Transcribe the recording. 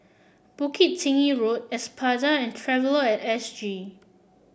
Bukit Tinggi Road Espada and Traveller at S G